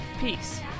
Peace